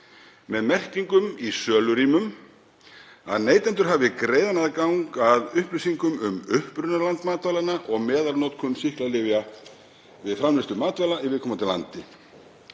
með merkingum í sölurýmum að neytendur hafi greiðan aðgang að upplýsingum um upprunaland matvælanna og meðalnotkun sýklalyfja við framleiðslu matvæla í viðkomandi landi.